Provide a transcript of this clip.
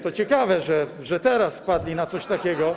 To ciekawe, że teraz wpadli na coś takiego.